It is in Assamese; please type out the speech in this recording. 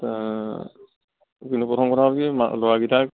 কিন্তু প্ৰথম কথা হ'ল কি ল'ৰাকেইটাক